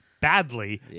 badly